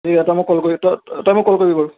ঠিক আছে তই মোক কল কৰি ত তই মোক কল কৰিবি বাৰু